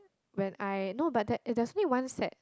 when I no but there there's only one set